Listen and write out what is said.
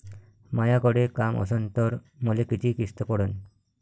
मायाकडे काम असन तर मले किती किस्त पडन?